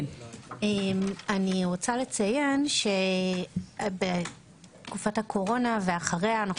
אני רוצה לציין שבתקופת הקורונה ואחריה אנו